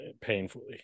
painfully